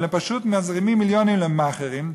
אבל הם פשוט מזרימים מיליונים למאכערים,